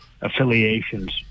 affiliations